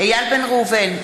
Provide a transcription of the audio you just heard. איל בן ראובן,